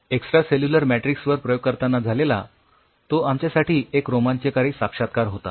extracellular matrix वर प्रयोग करतांना झालेला तो आमच्यासाठी एक रोमांचकारी साक्षात्कार होता